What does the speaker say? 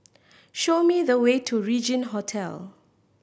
show me the way to Regin Hotel